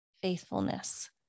faithfulness